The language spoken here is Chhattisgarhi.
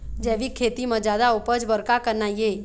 जैविक खेती म जादा उपज बर का करना ये?